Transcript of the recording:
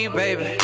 baby